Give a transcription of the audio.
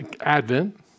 Advent